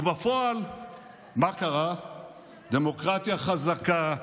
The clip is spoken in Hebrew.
וחבורת מגוחכים,